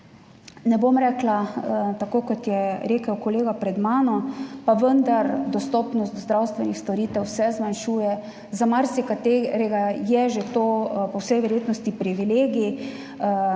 ne bom rekla tako, kot je rekel kolega pred mano, pa vendar, dostopnost zdravstvenih storitev se zmanjšuje, za marsikaterega je že to po vsej verjetnosti privilegij.